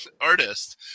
artist